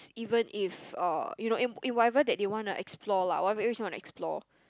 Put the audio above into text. is even if uh you know in in whatever that they want to explore lah whatever ways they want to explore